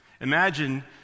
Imagine